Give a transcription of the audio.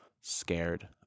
scared